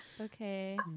Okay